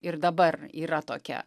ir dabar yra tokia